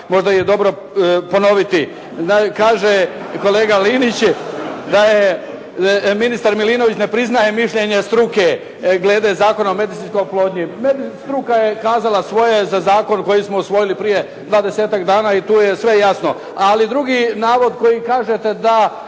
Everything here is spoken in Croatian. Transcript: možda je i dobro ponoviti. Kaže kolega Linić da je ministar Milinović ne priznaje mišljenje struke glede Zakona o medicinskoj oplodnji. Struka je kazala svoje za zakon koji smo usvojili prije 20-ak dana i tu je sve jasno, ali drugi navod koji kažete da